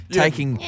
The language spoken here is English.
taking